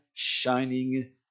shining